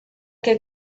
que